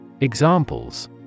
Examples